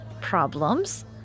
problems